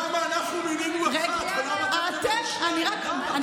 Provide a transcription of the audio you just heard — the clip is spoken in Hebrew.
למה אנחנו מינינו אחת ולמה אתם ממנים שניים?